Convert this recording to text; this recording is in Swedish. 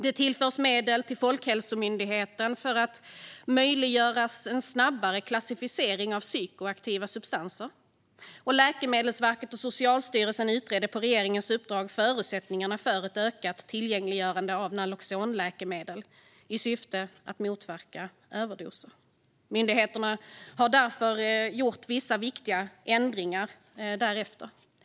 Det tillförs medel till Folkhälsomyndigheten för att möjliggöra en snabbare klassificering av psykoaktiva substanser. Läkemedelsverket och Socialstyrelsen har på regeringens uppdrag utrett förutsättningarna for ett ökat tillgängliggörande av Naloxonläkemedel i syfte att motverka överdoser. Myndigheterna har därefter gjort vissa viktiga ändringar i sina föreskrifter.